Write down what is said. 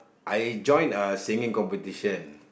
I join a singing competition